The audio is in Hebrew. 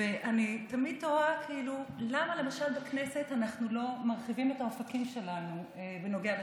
תמיד תוהה למה למשל בכנסת אנחנו לא מרחיבים את האופקים שלנו בנוגע לשפה,